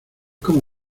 como